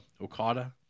Okada